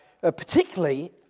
Particularly